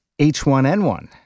H1N1